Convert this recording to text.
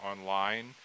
online